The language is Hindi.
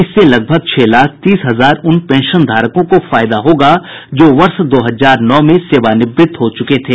इससे लगभग छह लाख तीस हजार उन पेंशनधारकों को फायदा होगा जो वर्ष दो हजार नौ में सेवानिवृत हो चुके थे